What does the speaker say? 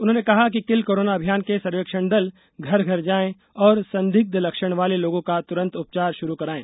उन्होंने कहा कि किल कोरोना अभियान के सर्वेक्षण दल घर घर जाये और संदिग्ध लक्षण वाले लोगों का तुरन्त उपचार शुरू करायें